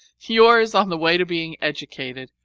yours, on the way to being educated,